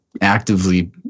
actively